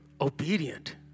obedient